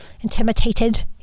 intimidated